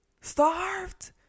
starved